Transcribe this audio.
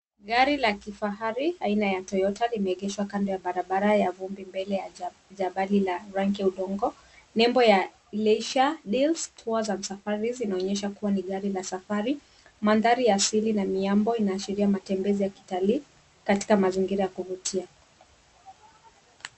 Gari la kifahari aina ya toyota limeegeshwa kando ya barabara ya vumbi mbele ya jabali la rangi ya udongo. nembo ya leisuredeals Tours and safaris zinaonyesha kuwa ni gari la safari. Mandhri ya asili na miambo inaashiria matembezi ya kitalii katika mazingira ya kuvutia.